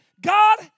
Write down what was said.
God